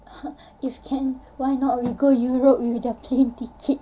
!huh! if can why not we go europe with their plane ticket